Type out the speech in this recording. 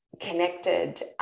connected